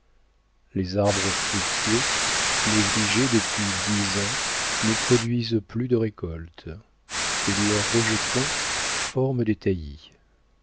les arbres fruitiers négligés depuis dix ans ne produisent plus de récolte et leurs rejetons forment des taillis